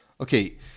Okay